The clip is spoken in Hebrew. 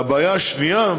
והבעיה השנייה,